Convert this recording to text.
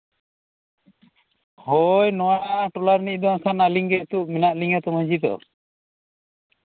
ᱦᱳᱭ ᱱᱚᱶᱟ ᱴᱚᱞᱟ ᱨᱮᱱ ᱫᱚ ᱟᱹᱞᱤᱧ ᱜᱮ ᱢᱮᱱᱟᱜ ᱞᱤᱧᱟ ᱛᱚ ᱢᱟᱺᱡᱷᱤ ᱫᱚ